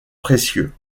précieux